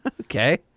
Okay